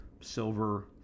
silver